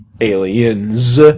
Aliens